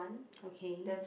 okay